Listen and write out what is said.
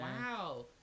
Wow